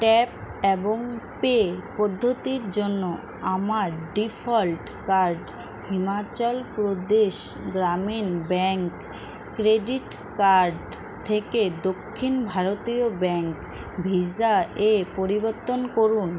tap এবং pay পদ্ধতির জন্য আমার default card Himachal Pradesh Gramin bank credit card থেকে দক্ষিণ ভারতীয় ব্যাঙ্ক ভিসা এ পরিবর্তন করুন